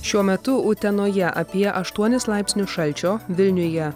šiuo metu utenoje apie aštuonis laipsnius šalčio vilniuje